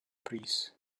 brys